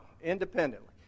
independently